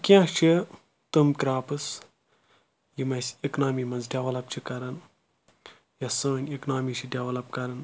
کینٛہہ چھِ تم کٕرَاپٕس یِم اَسہِ اِکنامِی منٛز ڈؠوَلَپ چھِ کَرَان یا سٲنۍ اِکنامِی چھِ ڈؠولَپ کَرَان